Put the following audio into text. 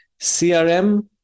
CRM